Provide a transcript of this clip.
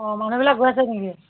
অঁ মানুহবিলাক গৈছে নেকি